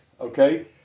okay